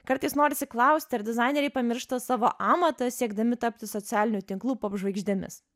kartais norisi klausti ar dizaineriai pamiršta savo amatą siekdami tapti socialinių tinklų pop žvaigždėmis